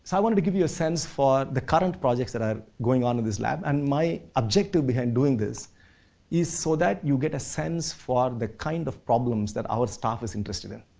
so i wanted to give you a sense for the current projects that are going on in this lab, and my objective behind doing this is so that you get a sense for the kind of problems that our staff is interested in.